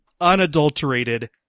unadulterated